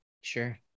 Sure